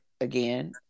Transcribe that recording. again